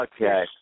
Okay